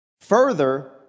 Further